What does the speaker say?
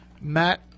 Matt